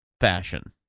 fashion